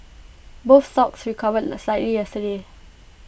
both stocks recovered slightly yesterday